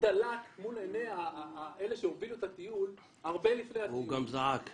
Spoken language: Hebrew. דלק מול עיני אלה שהובילו את הטיול הרבה לפני הטיול.